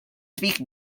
speak